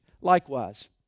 Likewise